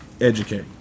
educate